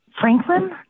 Franklin